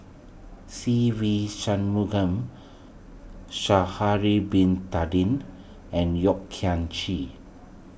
Se Ve Shanmugam Sha'ari Bin Tadin and Yeo Kian Chye